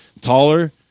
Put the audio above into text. taller